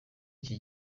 iki